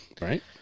right